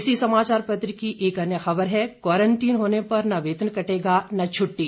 इसी समाचार पत्र की एक अन्य खबर है क्वारंटीन होने पर न वेतन कटेगा न छुट्टी